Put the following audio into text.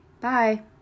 Bye